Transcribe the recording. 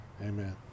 Amen